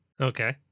Okay